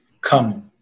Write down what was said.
come